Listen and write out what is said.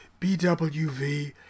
BWV